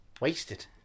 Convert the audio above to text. Wasted